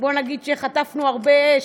בוא נגיד שחטפנו הרבה אש,